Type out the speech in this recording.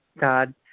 God